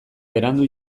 berandu